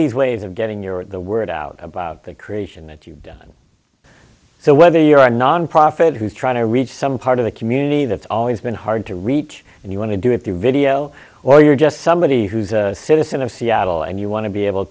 these ways of getting your what the word out about the creation that you've done so whether you're a nonprofit who's trying to reach some part of the community that's always been hard to reach and you want to do it through video or you're just somebody who's a citizen of seattle and you want to be able